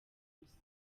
gusa